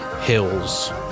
hills